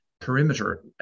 perimeter